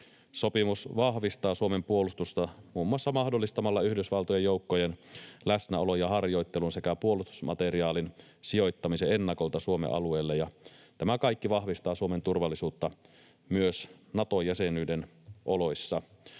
Sopimus vahvistaa Suomen puolustusta muun muassa mahdollistamalla Yhdysvaltojen joukkojen läsnäolon ja harjoittelun sekä puolustusmateriaalin sijoittamisen ennakolta Suomen alueelle, ja tämä kaikki vahvistaa Suomen turvallisuutta myös Nato-jäsenyyden oloissa.